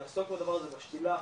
לעשות כל דבר, בשתילה,